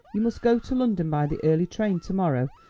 you must go to london by the early train to-morrow,